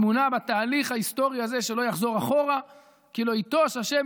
אמונה בתהליך ההיסטורי הזה שלא יחזור אחורה כי לא ייטוש השם